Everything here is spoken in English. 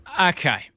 okay